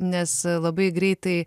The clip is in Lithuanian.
nes labai greitai